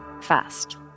Fast